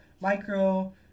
micro